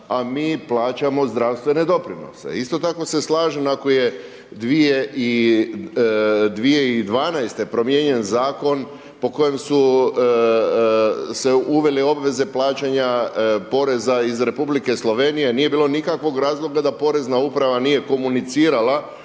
a mi plaćamo zdravstvene doprinose. Isto tako se slažem ako je 2012. promijenjen zakon po kojem su se uvele obveze plaćanja poreza iz Republike Slovenije nije bilo nikakvog razloga da Porezna uprava nije komunicirala